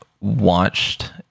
watched